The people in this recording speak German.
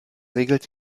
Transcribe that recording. regelt